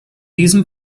diesem